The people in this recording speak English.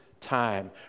time